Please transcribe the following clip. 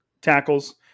tackles